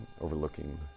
overlooking